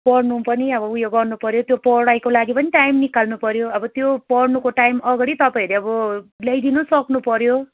पढ्नु पनि अब उयो गर्नु पऱ्यो त्यो पढाइको लागि पनि टाइम निकाल्नु पऱ्यो अब त्यो पढनुको टाइम अगाडि तपाईँहरूले अब ल्याइदिनु सक्नुपऱ्यो